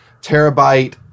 terabyte